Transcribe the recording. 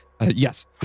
Yes